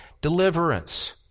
deliverance